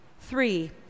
Three